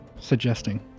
suggesting